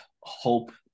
hope